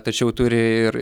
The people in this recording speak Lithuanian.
tačiau turi ir